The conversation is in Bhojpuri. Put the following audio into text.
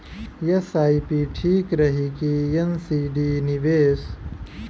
एस.आई.पी ठीक रही कि एन.सी.डी निवेश?